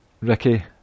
Ricky